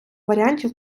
варіантів